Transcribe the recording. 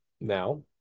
Now